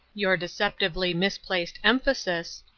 your deceptively misplaced emphasis,